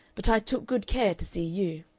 but i took good care to see you.